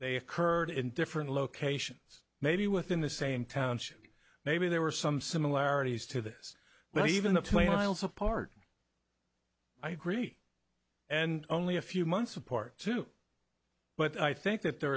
they occurred in different locations maybe within the same township maybe there were some similarities to this but even the play miles apart i agree and only a few months apart too but i think that there